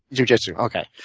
jujitsu? okay.